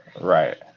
Right